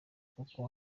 kuko